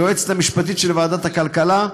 היועצת המשפטית של ועדת הכלכלה,